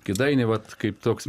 kėdainiai vat kaip toks